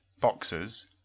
boxers